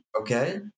Okay